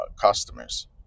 customers